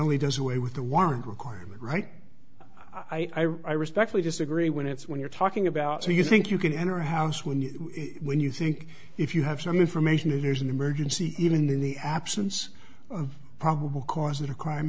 only does away with the warrant requirement right i respectfully disagree when it's when you're talking about so you think you can enter a house when you when you think if you have some information if there's an emergency even in the absence of probable cause that a crime